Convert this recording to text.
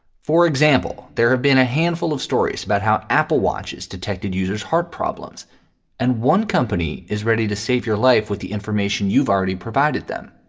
for example, there have been a handful of stories about how apple watches detected user's heart problems and one company is ready to save your life with the information you've already provided them